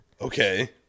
Okay